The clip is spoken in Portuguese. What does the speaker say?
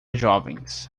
jovens